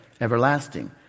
everlasting